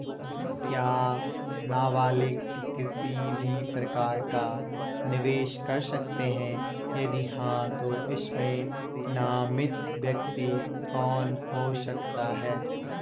क्या नबालिग किसी भी प्रकार का निवेश कर सकते हैं यदि हाँ तो इसमें नामित व्यक्ति कौन हो सकता हैं?